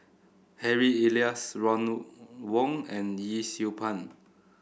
Harry Elias Ron Wong and Yee Siew Pun